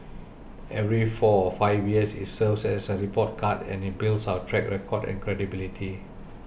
every four five years it's serves as a report card and it builds our track record and credibility